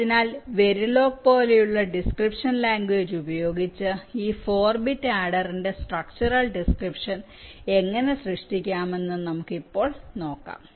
അതിനാൽ വെരിലോഗ് പോലുള്ള description language ഉപയോഗിച്ച് ഈ 4 ബിറ്റ് ആഡറിന്റെ സ്ട്രക്ച്ചറൽ ഡിസ്ക്രിപ്ഷൻ എങ്ങനെ സൃഷ്ടിക്കാമെന്ന് ഇപ്പോൾ നോക്കാം